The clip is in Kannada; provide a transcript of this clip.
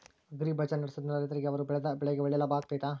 ಅಗ್ರಿ ಬಜಾರ್ ನಡೆಸ್ದೊರಿಂದ ರೈತರಿಗೆ ಅವರು ಬೆಳೆದ ಬೆಳೆಗೆ ಒಳ್ಳೆ ಲಾಭ ಆಗ್ತೈತಾ?